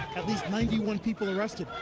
at least ninety one people arrested.